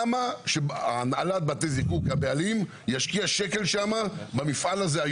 למה שהבעלים והנהלת בתי הזיקוק ישקיעו שקל במפעל הזה?